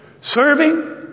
serving